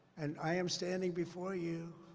and i am standing before you,